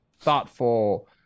thoughtful